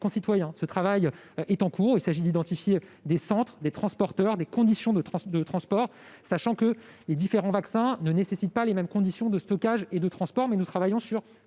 nos concitoyens. Il s'agit d'identifier des centres, des transporteurs, des conditions de transport, sachant que les différents vaccins ne nécessitent pas les mêmes conditions de stockage et de transport. À cet égard, nous travaillons sur